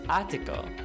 article